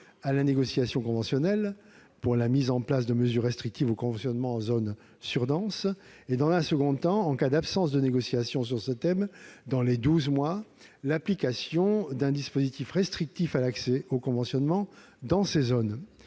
à la négociation conventionnelle pour la mise en place de mesures restrictives au conventionnement en zones surdenses, et, dans un second temps, en cas d'absence de négociation sur ce thème dans les douze mois, l'application d'un dispositif restrictif à l'accès au conventionnement dans ces zones.